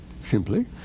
simply